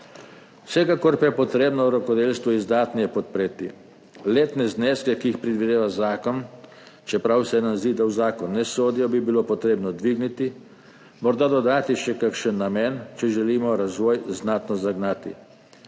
Vsekakor pa je treba rokodelstvo izdatneje podpreti. Letne zneske, ki jih predvideva zakon, čeprav se nam zdi, da v zakon ne sodijo, bi bilo treba dvigniti, morda dodati še kakšen namen, če želimo razvoj znatno zagnati.